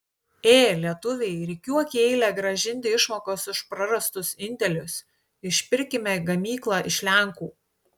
ė lietuviai rikiuok į eilę grąžinti išmokas už prarastus indėlius išpirkime gamyklą iš lenkų